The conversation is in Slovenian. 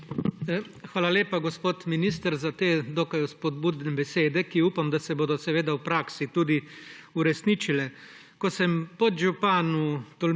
Hvala lepa, gospod minister, za te dokaj spodbudne besede, ki upam, da se bodo v praksi tudi uresničile. Ko sem podžupanu